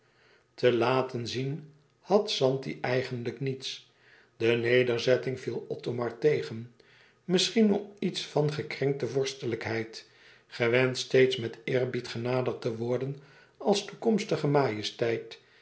te laten zien had zanti eigenlijk niets de nederzetting viel othomar tegen misschien om iets van gekrenkte vorstelijkheid gewend steeds met eerbied genaderd te worden als toekomstige majesteit